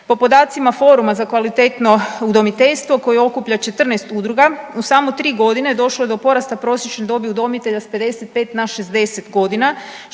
po podacima Foruma za kvalitetno udomiteljstvo koje okuplja 14 udruga u samo tri godine došlo je do porasta prosječne dobi udomitelja s 55 na 60 godina